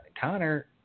Connor